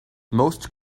most